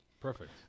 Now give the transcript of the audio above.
Perfect